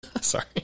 Sorry